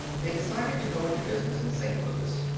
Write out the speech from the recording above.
they decided to go into business in st. louis.